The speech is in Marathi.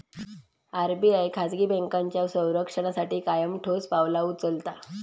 आर.बी.आय खाजगी बँकांच्या संरक्षणासाठी कायम ठोस पावला उचलता